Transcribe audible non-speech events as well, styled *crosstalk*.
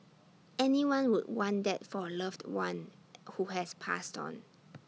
anyone would want that for A loved one *noise* who has passed on